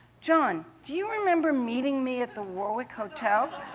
john, do you remember meeting me at the warwick hotel?